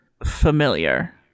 Familiar